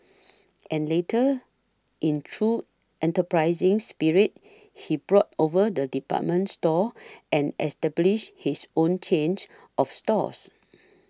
and later in true enterprising spirit he bought over the department store and established his own change of stores